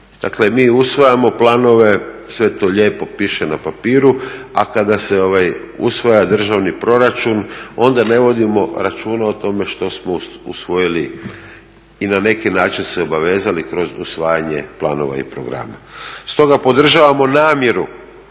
Dakle, mi usvajamo planove, sve to lijepo piše na papiru, a kada se usvaja državni proračun onda ne vodimo računa o tome što smo usvojili i na neki način se obavezali kroz usvajanje planova i programa. Stoga podržavamo namjeru